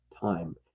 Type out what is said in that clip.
time